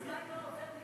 הזמן לא עובר לי